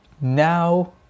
now